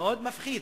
מאוד מפחיד.